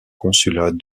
consulat